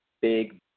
big